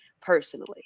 personally